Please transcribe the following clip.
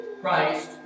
Christ